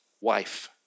wife